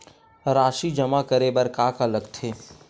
राशि जमा करे बर का का लगथे?